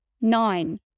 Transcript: Nine